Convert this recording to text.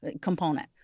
component